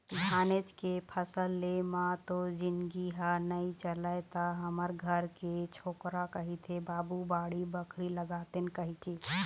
धानेच के फसल ले म तो जिनगी ह नइ चलय त हमर घर के छोकरा कहिथे बाबू बाड़ी बखरी लगातेन कहिके